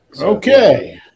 Okay